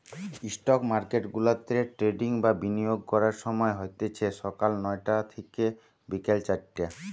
stock মার্কেটগুলাতে trading বা বিনিয়োগ করার সময় হতিছে সকাল নয়টা থিকে বিকেল চারটে